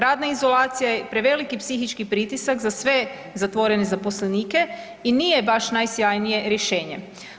Radna izolacija je preveliki psihički pritisak za sve zatvorene zaposlenike i nije baš najsjajnije rješenje.